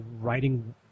writing